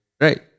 right